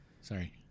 Sorry